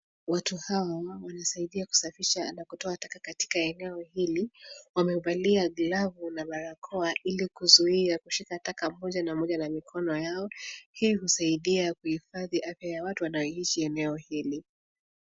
Watu hawa wanasaidia kusafisha na kutoa taka katika eneo hili wamevalia glavu na barakoa ili kuzuia kushika taka pamoja na mikono yao hii husaidia kuhifadhi afya ya watu wanaoishi eneo hili